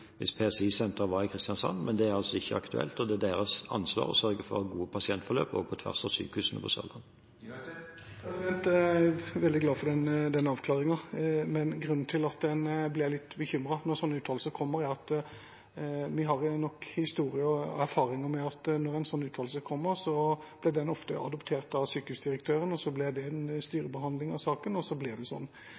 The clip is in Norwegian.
hvis PCI-senteret var i Kristiansand. Men det er altså ikke aktuelt, og det er deres ansvar å sørge for gode pasientforløp også på tvers av sykehusene på Sørlandet. Jeg er veldig glad for den avklaringen, men grunnen til at en blir litt bekymret når sånne uttalelser kommer, er at vi har nok historier og erfaringer med at når en sånn uttalelse kommer, blir den ofte adoptert av sykehusdirektøren, så blir det en styrebehandling av saken, og så blir det sånn.